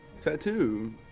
tattoo